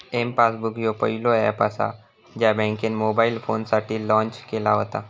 M passbook ह्यो पहिलो app असा ज्या बँकेन मोबाईल फोनसाठी लॉन्च केला व्हता